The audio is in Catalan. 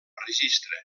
registre